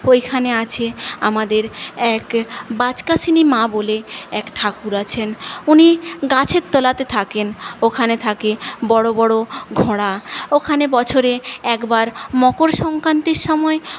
ওইখানে আছে আমাদের এক বাচকাষিনী মা বলে এক ঠাকুর আছেন উনি গাছের তলাতে থাকেন ওখানে থাকে বড়ো বড়ো ঘোড়া ওখানে বছরে একবার মকর সংক্রান্তির সময়